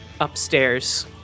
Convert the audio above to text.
upstairs